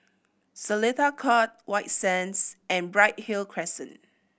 Seletar Court White Sands and Bright Hill Crescent